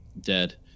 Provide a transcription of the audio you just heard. dead